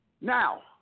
Now